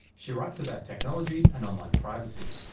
she writes about technology and online privacy.